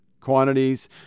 quantities